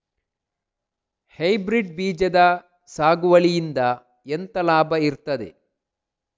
Hybrid ಬೀಜದ ಸಾಗುವಳಿಯಿಂದ ಎಂತ ಲಾಭ ಇರ್ತದೆ?